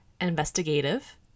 investigative